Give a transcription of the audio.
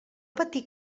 patir